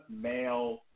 male